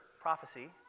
prophecy